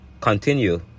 continue